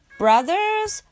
brothers